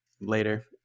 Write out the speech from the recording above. later